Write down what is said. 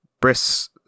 Briss